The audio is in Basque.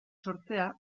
sortzea